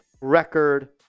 record